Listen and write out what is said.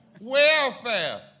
Welfare